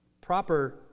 proper